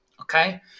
Okay